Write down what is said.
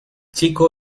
chico